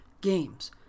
games